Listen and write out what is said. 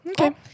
Okay